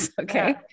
okay